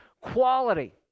quality